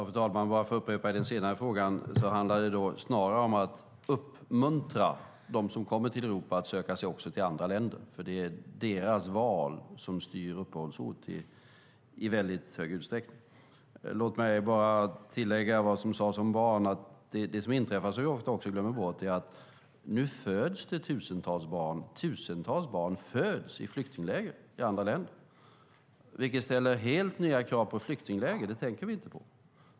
Fru talman! I den senare frågan handlar det snarare om att uppmuntra dem som kommer till Europa att söka sig till också andra länder. Det är deras val som styr uppehållsort i väldigt stor utsträckning. Låt mig tillägga till vad som sades om barn att det som inträffar och som vi ofta glömmer bort är att tusentals barn föds i flyktingläger i andra länder. Det ställer helt nya krav på flyktingläger, och det tänker vi inte på.